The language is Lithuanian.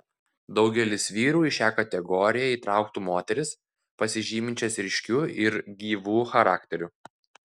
daugelis vyrų į šią kategoriją įtrauktų moteris pasižyminčias ryškiu ir gyvu charakteriu